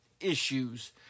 issues